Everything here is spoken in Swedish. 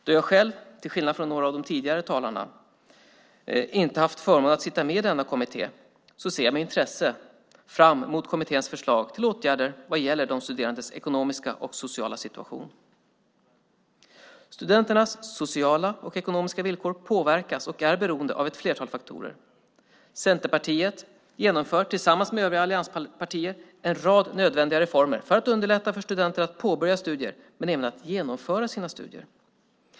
Då jag själv, till skillnad från några av de tidigare talarna, inte har haft förmånen att sitta med i denna kommitté ser jag med intresse fram mot kommitténs förslag till åtgärder vad gäller de studerandes ekonomiska och sociala situation. Studenters sociala och ekonomiska villkor påverkas och är beroende av ett flertal faktorer. Centerpartiet genomför tillsammans med övriga allianspartier en rad nödvändiga reformer för att underlätta för studenter att påbörja studier men även att genomföra sina studier.